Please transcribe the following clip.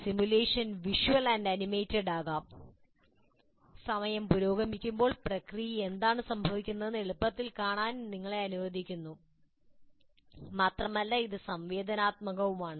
simulation visual animated ആകാം സമയം പുരോഗമിക്കുമ്പോൾ പ്രക്രിയയിൽ എന്താണ് സംഭവിക്കുന്നതെന്ന് എളുപ്പത്തിൽ കാണാൻ നിങ്ങളെ അനുവദിക്കുന്നു മാത്രമല്ല ഇത് സംവേദനാത്മകവുമാണ്